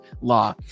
Law